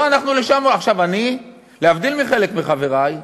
לא, אנחנו, אני, להבדיל מחלק מחברי,